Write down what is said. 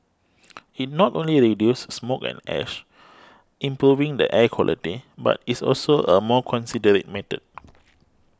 it not only reduces smoke and ash improving the air quality but is also a more considerate method